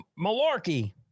malarkey